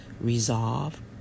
resolve